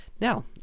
Now